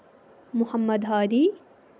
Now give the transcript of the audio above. مُحمد ہادی